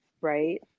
Right